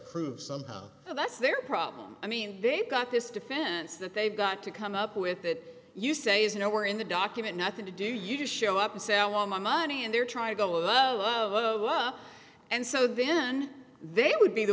prove somehow that's their problem i mean they've got this defense that they've got to come up with that you say is nowhere in the document nothing to do you just show up and sell all my money and they're trying to go of up and so then they would be the